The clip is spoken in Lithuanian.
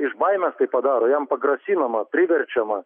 iš baimės tai padaro jam pagrasinama priverčiama